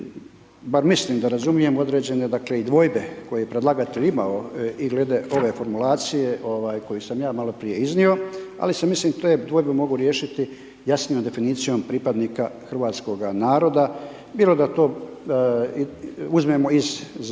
bar mislim da razumijem određene dakle i dvojbe koje je predlagatelj imao i glede ove formulacije koju sam ja maloprije iznio, ali se mislim te dvojbe mogu riješiti jasnijom definicijom pripadnika hrvatskoga naroda, bilo da to uzmemo iz zakona